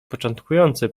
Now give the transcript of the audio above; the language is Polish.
początkujący